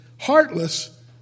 heartless